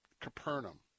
Capernaum